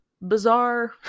bizarre